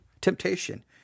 temptation